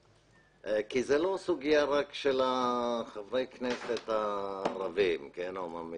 כי זאת לא סוגיה רק של חברי הכנסת הערבים או מהמגזר.